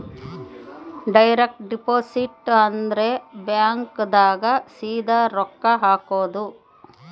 direct deposit ಅಂದ್ರ bank ದಾಗ ಸೀದಾ ರೊಕ್ಕ ಹಾಕೋದು